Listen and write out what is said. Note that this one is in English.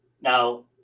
Now